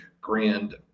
grand